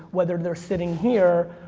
whether they're sitting here,